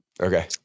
okay